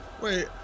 Wait